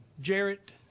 Jarrett